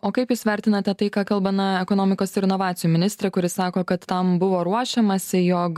o kaip jūs vertinate tai ką kalba na ekonomikos ir inovacijų ministrė kuri sako kad tam buvo ruošiamasi jog